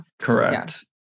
Correct